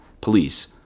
police